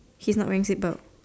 he is not wearing seat belt